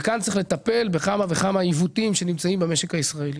ולכן צריך לטפל בכמה וכמה עיוותים שיש במשק הישראלי.